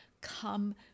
come